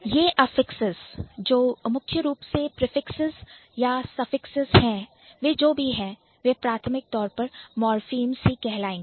यह affixes affixes जो मुख्य रूप से prefixes प्रीफिक्सेस है या suffixes सफिक्सेस है वे जो भी है वे प्राथमिक तौर पर morphemes मॉर्फीम्स ही कहलाएंगे